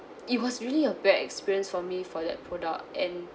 it was really a bad experience for me for that product and